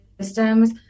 systems